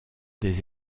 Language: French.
des